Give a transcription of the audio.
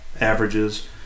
averages